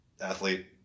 athlete